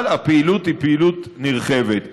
אבל הפעילות היא פעילות נרחבת.